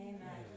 Amen